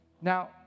Now